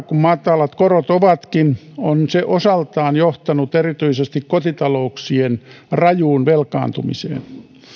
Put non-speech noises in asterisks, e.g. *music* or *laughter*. *unintelligible* kuin matalat korot ovatkin ovat ne osaltaan johtaneet erityisesti kotitalouksien rajuun velkaantumiseen